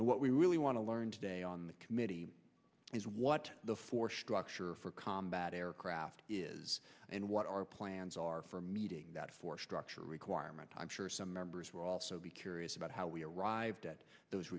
and what we really want to learn today on the committee is what the four structure for combat aircraft is and what our plans are for meeting that force structure requirement i'm sure some members were also be curious about how we arrived at those